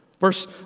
Verse